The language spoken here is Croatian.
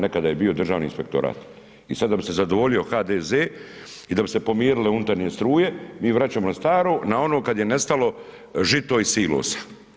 Nekada je bio Državni inspektorat, i sad da bi se zadovoljio HDZ i da bi se pomirile unutarnje struje, mi vraćamo na staro, na ono kad je nestalo žito iz silosa.